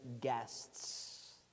guests